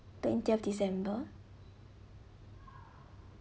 twentieth december